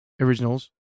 originals